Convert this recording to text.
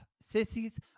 sissies